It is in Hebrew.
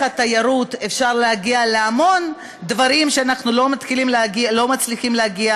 התיירות אפשר להגיע להמון דברים שאנחנו לא מצליחים להגיע,